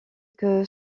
que